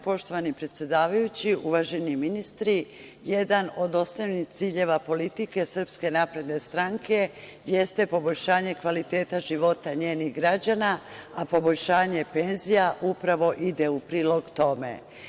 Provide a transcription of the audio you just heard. Poštovani predsedavajući, uvaženi ministri, jedan od osnovnih ciljeva politike SNS jeste poboljšanje kvaliteta života njenih građana, a poboljšanje penzija upravo ide u prilog tome.